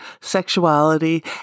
sexuality